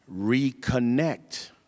reconnect